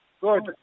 Good